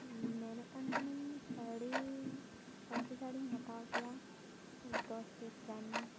ᱢᱮᱱᱮᱫ ᱠᱟᱱ ᱛᱟᱦᱮᱱᱟᱹᱧ ᱥᱟᱹᱲᱤ ᱯᱟᱹᱧᱪᱤ ᱥᱟᱹᱲᱤᱧ ᱦᱟᱛᱟᱣ ᱠᱮᱭᱟ ᱫᱚᱥ ᱯᱤᱥ ᱜᱟᱱ